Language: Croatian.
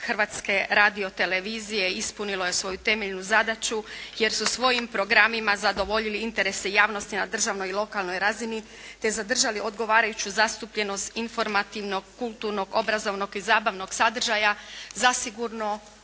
Hrvatske radiotelevizije ispunilo je svoju temeljnu zadaću jer su svojim programima zadovoljili interese javnosti na državnoj i lokalnoj razini, te zadržali odgovarajuću zastupljenost informativnog, kulturnog, obrazovnog i zabavnog sadržaja zasigurno